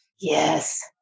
Yes